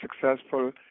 successful